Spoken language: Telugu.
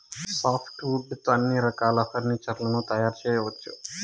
సాఫ్ట్ వుడ్ తో అన్ని రకాల ఫర్నీచర్ లను తయారు చేయవచ్చు